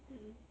mm